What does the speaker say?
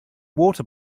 water